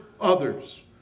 others